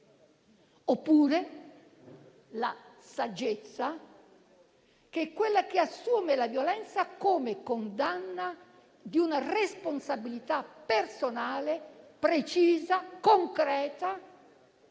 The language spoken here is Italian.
oppure la saggezza, che è quella che assume la violenza come condanna di una responsabilità personale, precisa e concreta per la